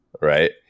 right